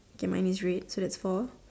okay mine is red so that's four